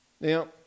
Now